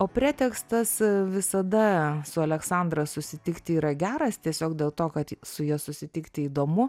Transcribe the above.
o pretekstas visada su aleksandra susitikti yra geras tiesiog dėl to kad su ja susitikti įdomu